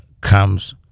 comes